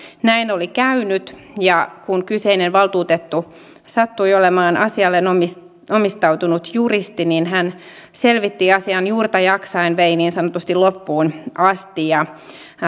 näin oli käynyt ja kun kyseinen valtuutettu sattui olemaan asialleen omistautunut omistautunut juristi niin hän selvitti asian juurta jaksaen vei niin sanotusti loppuun asti ja